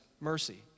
mercy